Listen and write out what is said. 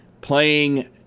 playing